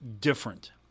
different